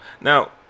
Now